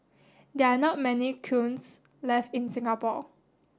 there are not many kilns left in Singapore